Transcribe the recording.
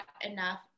enough